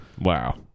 Wow